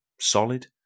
solid